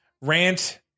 rant